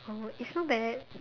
oh it's not bad